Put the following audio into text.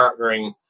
partnering